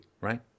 right